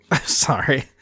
sorry